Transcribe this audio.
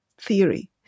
theory